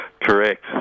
Correct